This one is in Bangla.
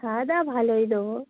খাওয়া দাওয়া ভালোই দেবো